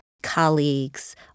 colleagues